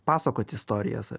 pasakoti istorijas